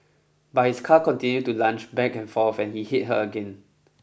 but his car continued to lunge back and forth and he hit her again